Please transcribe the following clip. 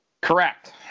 Correct